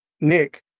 Nick